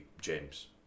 James